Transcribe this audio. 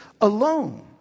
alone